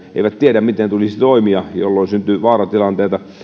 eivät tiedä miten tulisi toimia jolloin syntyy vaaratilanteita